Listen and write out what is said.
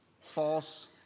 false